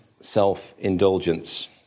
self-indulgence